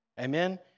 Amen